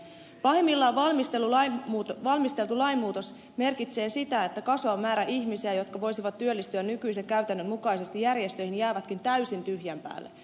pahimmillaan valmisteltu lainmuutos merkitsee sitä että kasvava määrä ihmisiä jotka voisivat työllistyä nykyisen käytännön mukaisesti järjestöihin jäävätkin täysin tyhjän päälle